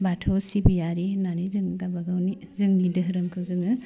बाथौ सिबियारि होन्नानै जों गावबागावनि जोंनि दोहोरोमखौ जोङो